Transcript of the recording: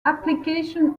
application